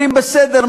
אומרים: בסדר,